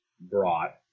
brought